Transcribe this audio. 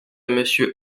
monsieur